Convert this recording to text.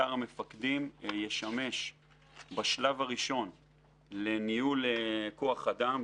אתר המפקדים ישמש בשלב הראשון לניהול כוח אדם,